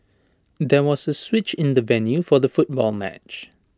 there was A switch in the venue for the football match